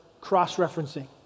cross-referencing